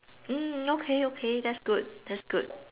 mm okay okay that's good that's good